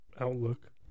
Outlook